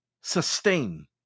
Sustain